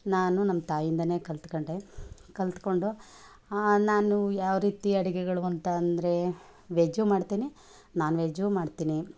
ನಾನು ನಮ್ಮ ತಾಯಿಂದನೇ ಕಲ್ತ್ಕೊಂಡೆ ಕಲ್ತುಕೊಂಡು ನಾನು ಯಾವ ರೀತಿ ಅಡುಗೆಗಳು ಅಂತ ಅಂದರೆ ವೆಜ್ಜು ಮಾಡ್ತೀನಿ ನಾನ್ ವೆಜ್ಜು ಮಾಡ್ತೀನಿ